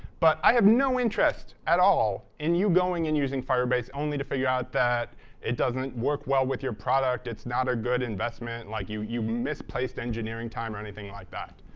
but i have no interest at all in you going and using firebase only to figure out that it doesn't work well with your product, it's not a good investment, like you you misplaced engineering time or anything like that.